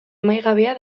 amaigabea